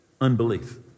unbelief